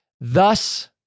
Thus